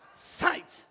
sight